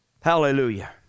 Hallelujah